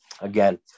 Again